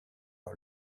par